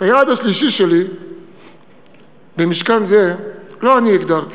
את היעד השלישי שלי במשכן זה לא אני הגדרתי,